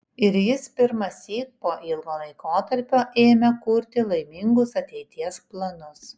ir jis pirmąsyk po ilgo laikotarpio ėmė kurti laimingus ateities planus